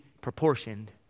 proportioned